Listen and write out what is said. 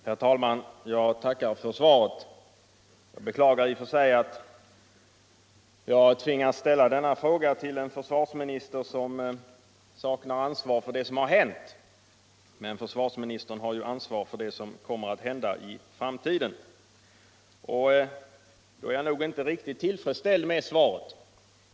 Herr talman! Jag tackar försvarsministern för svaret. Jag beklagar i och för sig att jag tvingats ställa denna fråga till en försvarsminister som inte är ansvarig för det som har hänt. Men försvarsministern har ju ansvar för det som kommer att hända i framtiden, och mot den bakgrunden är jag inte riktigt tillfredsställd med svaret.